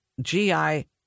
GI